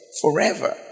forever